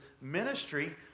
ministry